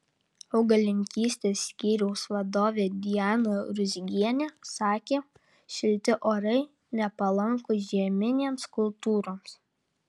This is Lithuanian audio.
augalininkystės skyriaus vadovė dijana ruzgienė sakė šilti orai nepalankūs žieminėms kultūroms